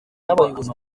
n’abayobozi